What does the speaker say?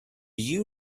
you